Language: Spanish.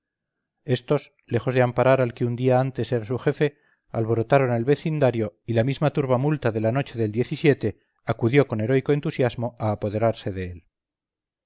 estos lejos de amparar al que un día antes era su jefe alborotaron el vecindario y la misma turbamulta de la noche del acudió con heroico entusiasmo a apoderarse de él